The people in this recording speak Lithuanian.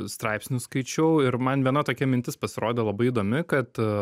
straipsnių skaičiau ir man viena tokia mintis pasirodė labai įdomi kad